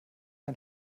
ein